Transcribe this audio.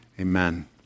amen